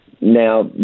Now